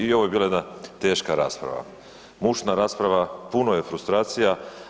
I ovo je bila jedna teška rasprava, mučna rasprava, puno je frustracija.